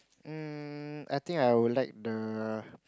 um I think I would like the